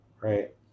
right